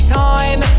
time